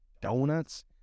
Donuts